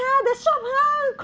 the shop how